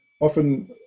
often